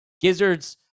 gizzards